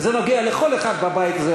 וזה נוגע לכל אחד בבית הזה,